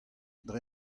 dre